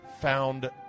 found